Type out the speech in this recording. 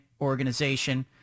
organization